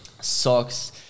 Socks